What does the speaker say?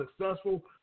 successful